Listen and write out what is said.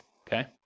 okay